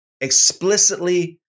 explicitly